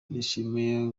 nishimiye